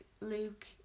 Luke